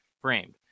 framed